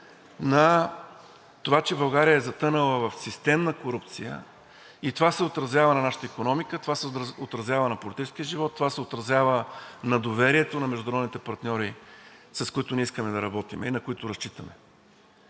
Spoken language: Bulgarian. на това, че България е затънала в системна корупция и това се отразява на нашата икономика, това се отразява на политическия живот, това се отразява на доверието на международните партньори, с които ние искаме да работим и на които разчитаме.